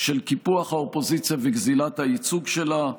של קיפוח האופוזיציה וגזלת הייצוג שלה.